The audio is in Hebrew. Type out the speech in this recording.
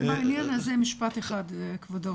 רק בעניין הזה משפט אחד, כבודו.